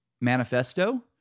manifesto